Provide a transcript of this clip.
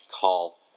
call